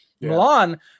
Milan